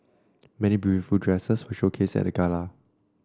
many beautiful dresses were showcased at the gala